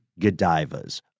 godivas